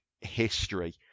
history